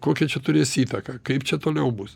kokią čia turės įtaką kaip čia toliau bus